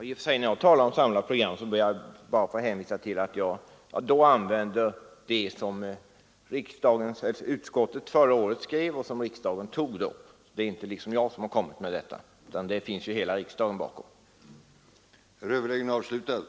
Herr talman! När jag talar om ett samlat program ber jag att få hänvisa till vad utskottet förra året skrev och riksdagen biträdde. Det är alltså inte jag som har hittat på det, utan hela riksdagen står bakom.